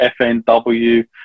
fnw